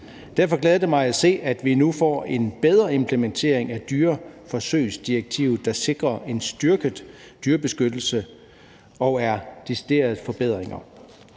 Derfor glæder det mig at se, at vi nu får en bedre implementering af dyreforsøgsdirektivet, der sikrer en styrket dyrebeskyttelse og deciderede forbedringer.